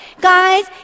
Guys